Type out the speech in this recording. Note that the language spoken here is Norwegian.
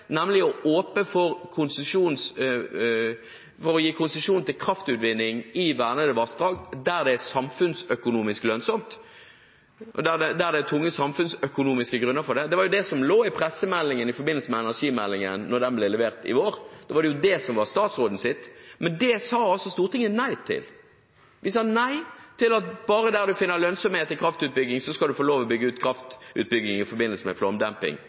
nemlig å åpne for å gi konsesjon til kraftutvinning i vernede vassdrag der det er samfunnsøkonomisk lønnsomt, der det er tunge samfunnsøkonomiske grunner for det. Det var det som lå i pressemeldingen i forbindelse med energimeldingen da den ble levert i vår – da var det det som var statsrådens syn. Men det sa Stortinget nei til. Vi sa nei til at bare en finner lønnsomhet i kraftutbygging, skal en få lov til å bygge ut kraft i forbindelse med flomdemping.